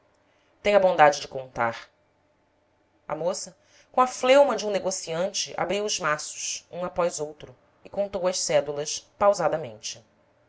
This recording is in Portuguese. tenha a bondade de contar a moça com a fleuma de um negociante abriu os maços um após outro e contou as células pausadamente